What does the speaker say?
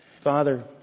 Father